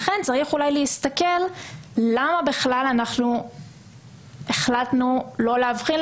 לכן צריך אולי להסתכל למה בכלל החלטנו לא להבחין,